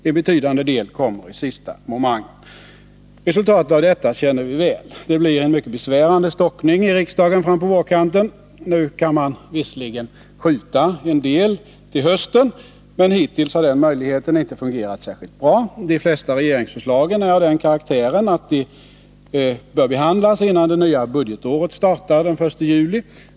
En betydande 4 del kommer i sista momangen. Resultatet av detta känner vi väl. Det blir en mycket besvärande stockning i riksdagen fram på vårkanten. Nu kan man visserligen skjuta en del till hösten, men hittills har inte den möjligheten fungerat särskilt bra. De flesta regeringsförslagen är av den karaktären att de bör behandlas innan det nya budgetåret startar den 1 juli.